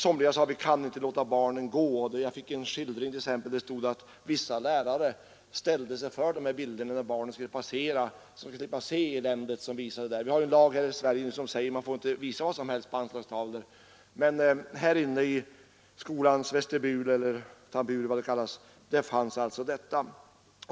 Somliga sade: ”Vi kan inte låta barnen gå där.” Jag fick en skildring där det t.ex. stod att vissa lärare ställde sig för de här bilderna när barnen skulle passera, så att barnen skulle slippa se eländet som visades där. Vi har en lag här i Sverige som säger att man inte får visa vad som helst på anslagstavlor. Men inne i skolans vestibul fanns alltså detta.